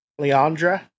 Leandra